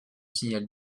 signale